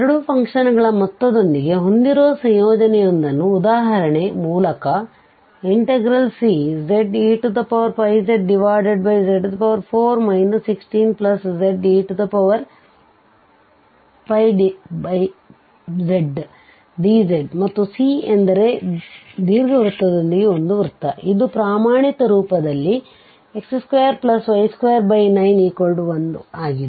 ಎರಡು ಫಂಕ್ಷನ್ ಗಳ ಮೊತ್ತದೊಂದಿಗೆ ಹೊಂದಿರುವ ಸಂಯೋಜನೆಯ ಇನ್ನೊಂದು ಉದಾಹರಣೆ ಮೂಲಕ Czeπzz4 16zezdz ಮತ್ತು C ಎಂದರೆ ದೀರ್ಘವೃತ್ತದೊಂದಿಗೆ ಒಂದು ವೃತ್ತ ಇದು ಪ್ರಮಾಣಿತ ರೂಪದಲ್ಲಿx2y291 ಆಗಿದೆ